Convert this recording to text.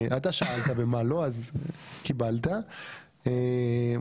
אתה שאלת במה לא הסכמתי ואני עניתי.